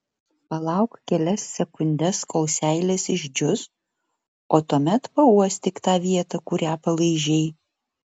palauk kelias sekundes kol seilės išdžius o tuomet pauostyk tą vietą kurią palaižei